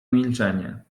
milczenie